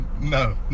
No